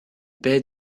baie